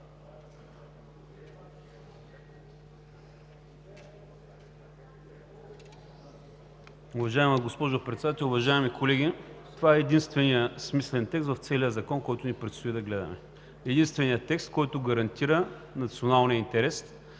Уважаема госпожо Председател, уважаеми колеги! Това е единственият смислен текст в целия Закон, който ни предстои да гледаме – единственият текст, който гарантира националния интерес